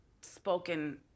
spoken